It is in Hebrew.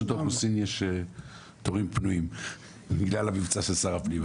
האוכלוסין יש תורים פנויים בגלל המבצע של שר הפנים,